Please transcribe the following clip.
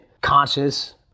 conscious